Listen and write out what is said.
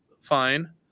fine